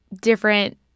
different